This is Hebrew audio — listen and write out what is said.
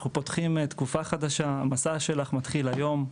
אנחנו פותחים תקופה חדשה, המסע שלך מתחיל היום,